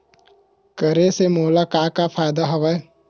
करे से मोला का का फ़ायदा हवय?